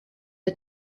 der